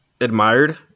admired